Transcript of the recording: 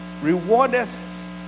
rewardeth